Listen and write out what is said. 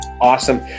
Awesome